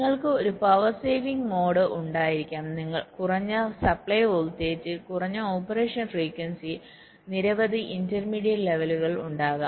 നിങ്ങൾക്ക് ഒരു power saving mode ഉണ്ടായിരിക്കാം കുറഞ്ഞ സപ്ലൈ വോൾട്ടേജ് കുറഞ്ഞ ഓപ്പറേഷൻ ഫ്രീക്യുൻസി നിരവധി ഇന്റർമീഡിയറ്റ് ലെവലുകൾ ഉണ്ടാകാം